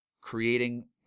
creating